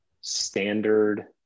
Standard